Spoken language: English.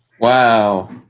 wow